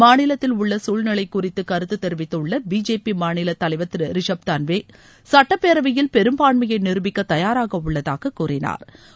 மாநிலத்தில் உள்ள சூழ்நிலை குறித்து கருத்து தெரிவித்துள்ள பிஜேபி மாநில தலைவர் திரு ரிஷப் தன்வே சட்டப்பேரவையில் பெரும்பான்மையை நிருபிக்க தயாராக உள்ளதாக கூறினாா்